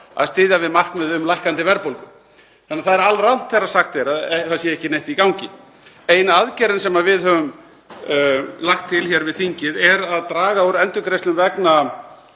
að styðja við markmið um lækkandi verðbólgu. Þannig að það er alrangt þegar sagt er að það sé ekki neitt í gangi. Ein aðgerðin sem við höfum lagt til við þingið er að draga úr endurgreiðslum vegna